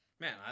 man